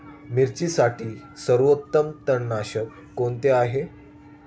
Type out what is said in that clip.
मिरचीसाठी सर्वोत्तम तणनाशक कोणते आहे?